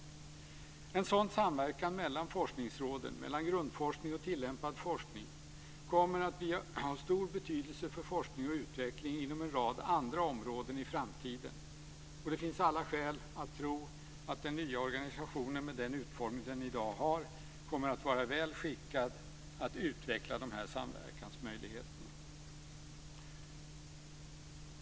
En sådan samverkan mellan forskningsråden, mellan grundforskning och tillämpad forskning, kommer att ha stor betydelse för forskning och utveckling inom en rad andra områden i framtiden, och det finns alla skäl att tro att den nya organisationen med den utformning den i dag har kommer att vara väl skickad att utveckla de här samverkansmöjligheterna.